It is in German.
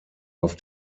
auf